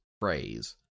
phrase